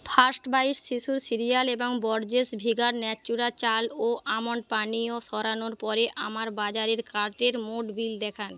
first bite শিশুর cereal এবং Borges vegan natura চাল ও আমন্ড পানীয় সরানোর পরে আমার বাজারের কার্টের মোট বিল দেখান